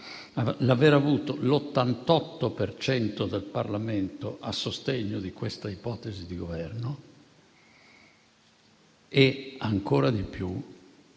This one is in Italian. l'aver avuto l'88 per cento del Parlamento a sostegno di questa ipotesi di Governo e ancora di più